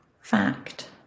Fact